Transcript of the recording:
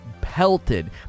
pelted